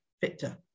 Victor